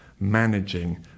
managing